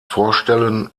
vorstellen